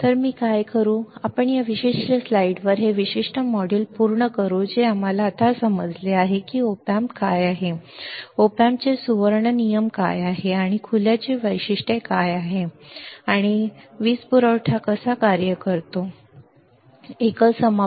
तर मी काय करू ते आपण या विशिष्ट स्लाइडवर हे विशिष्ट मॉड्यूल पूर्ण करू जे आम्हाला आता समजले आहे की op amp काय आहे op amp चे सुवर्ण नियम काय आहेत आणि खुल्याची वैशिष्ट्ये काय आहेत आणि काय वीज पुरवठा असमतोल किंवा संतुलित वीज पुरवठा आहे का